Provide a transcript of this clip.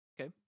Okay